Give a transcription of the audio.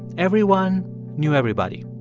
everyone knew everybody.